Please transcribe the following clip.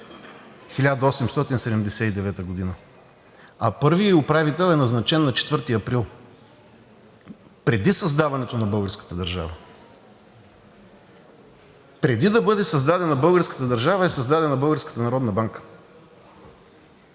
1879 г., а първият ѝ управител е назначен на 4 април, преди създаването на българската държава. Преди да бъде създадена българската държава, е създадена Българската народна банка.